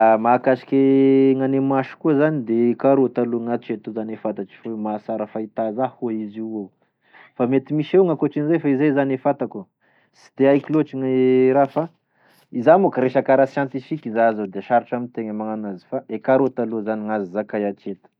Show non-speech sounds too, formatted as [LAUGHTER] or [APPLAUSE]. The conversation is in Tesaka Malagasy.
[HESITATION] Mahakasike gn'ane maso koa zany de karaoty alo gn'atreto aloa zany e fantatro ,mahasara fahita zany hoy izy io hoe fa mety misy evao gn'akotriniza fa io zany aloa gne fantako, sy de haiko loatry gne raha fa iza monko resaky ara-siantifiky iza zao da sarotry amitegna gne magnano enazy fa e karaoty zany gn'azo zakay alo atreto.